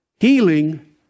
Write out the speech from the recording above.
Healing